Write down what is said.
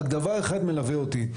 רק דבר אחד מלווה אותי,